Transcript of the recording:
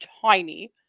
tiny